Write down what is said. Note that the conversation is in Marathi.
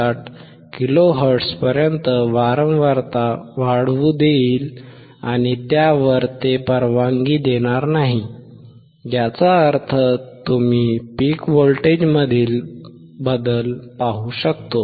59 किलो हर्ट्झपर्यंत वारंवारता वाढवू देईल आणि त्या वर ते परवानगी देणार नाही याचा अर्थ तुम्ही पीक व्होल्टेजमधील बदल पाहू शकता